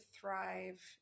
thrive